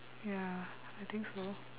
ya I think so